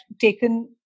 taken